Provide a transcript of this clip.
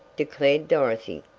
declared dorothy,